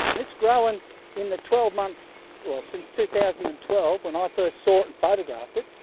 it's grown in the twelve months, well, since two thousand and twelve when i first saw it and photographed it,